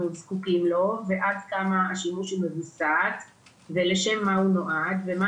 זקוקים בו למטרתם ועד כמה השימוש הוא מווסת ולשם מה הוא נועד ומה